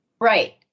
Right